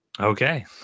Okay